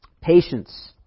Patience